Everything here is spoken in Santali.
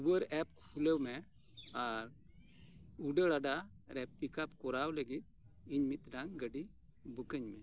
ᱩᱵᱟᱨ ᱮᱯ ᱠᱷᱩᱞᱟᱹᱣ ᱢᱮ ᱟᱨ ᱩᱰᱟᱹᱱᱟᱰᱟ ᱨᱮ ᱯᱤᱠᱟᱯ ᱠᱚᱨᱟᱣ ᱞᱟᱹᱜᱤᱫ ᱤᱧ ᱢᱤᱫᱴᱟᱝ ᱜᱟᱹᱰᱤ ᱵᱩᱠ ᱟᱹᱧ ᱢᱮ